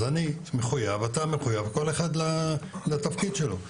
אז אני ואתה מחויבים לתפקידים שלנו.